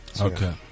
Okay